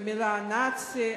במלים "נאצי",